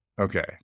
okay